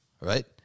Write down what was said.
right